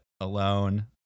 alone